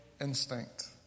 instinct